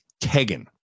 Tegan